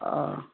অঁ